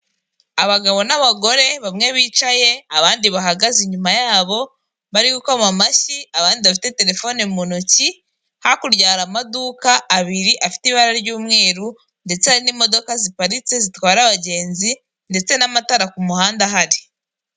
Abagabo n'abagore bamwe bicaye abandi bahagaze inyuma yabo bari gukoma amashyi abandi bafite terefone mu ntoki, hakurya hari amaduka abiri afite ibara ry'umweru ndetse hari n'imodoka ziparitse zitwara abagenzi ndetse n'amatara k'umuhanda ahari.